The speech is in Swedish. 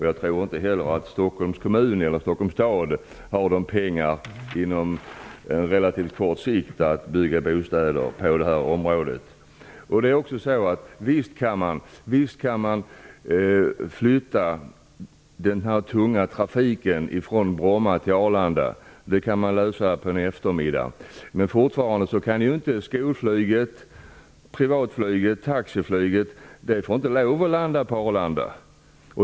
Jag tror inte heller att Stockholms stad på relativt kort sikt har pengar att bygga bostäder på detta område. Visst kan man flytta den tunga trafiken från Bromma till Arlanda. Det kan man lösa på en eftermiddag. Men skolflyget, privatflyget och taxiflyget får fortfarande inte lov att landa på Arlanda.